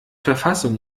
verfassung